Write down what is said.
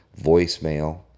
voicemail